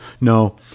No